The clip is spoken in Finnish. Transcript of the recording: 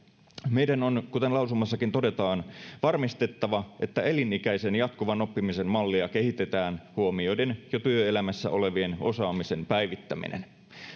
meidän on kuten lausumassakin todetaan varmistettava että elinikäisen jatkuvan oppimisen mallia kehitetään huomioiden jo työelämässä olevien osaamisen päivittäminen